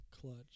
Clutch